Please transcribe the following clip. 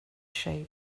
shape